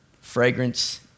fragrance